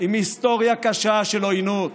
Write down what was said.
עם היסטוריה קשה של עוינות.